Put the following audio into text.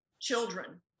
children